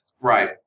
Right